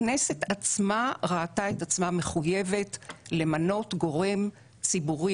הכנסת עצמה ראתה את עצמה מחויבת למנות גורם ציבורי